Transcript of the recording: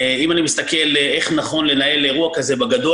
אם אני מסתכל איך נכון לנהל אירוע כזה בגדול,